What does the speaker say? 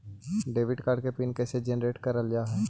Debit card के pin कैसे generate करल जाहै?